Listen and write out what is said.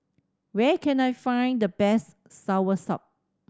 where can I find the best soursop